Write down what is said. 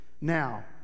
Now